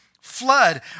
flood